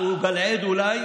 אולי,